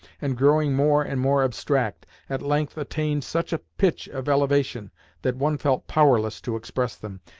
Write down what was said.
and growing more and more abstract, at length attained such a pitch of elevation that one felt powerless to express them,